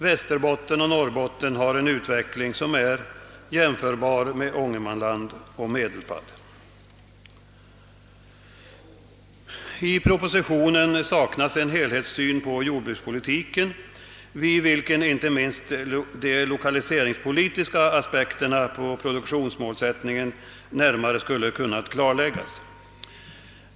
Västerbotten och Norrbotten uppvisar en utveckling som är jämförbar med Ångermanlands och Medelpads. I propositionen saknas en helhetssyn på jordbrukspolitiken, genom vilken inte minst de lokaliseringspolitiska aspekterna på produktionsmålsättningen närmare skulle kunna klarläggas.